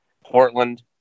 Portland